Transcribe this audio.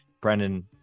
brendan